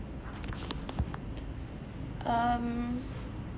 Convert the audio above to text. um